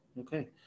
Okay